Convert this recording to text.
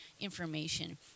information